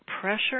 pressure